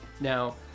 Now